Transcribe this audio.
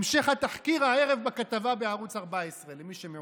המשך התחקיר הערב בכתבה בערוץ 14, למי שמעוניין.